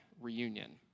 reunion